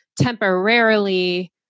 temporarily